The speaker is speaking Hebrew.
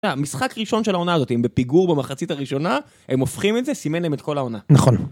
המשחק הראשון של העונה הזאת הם בפיגור במחצית הראשונה הם הופכים את זה סימן להם את כל העונה. נכון